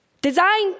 Design